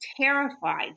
terrified